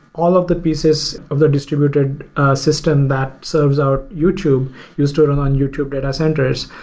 all of the pieces of the distributed system that serves our youtube used to run on youtube data centers.